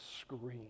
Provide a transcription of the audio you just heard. scream